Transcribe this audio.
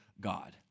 God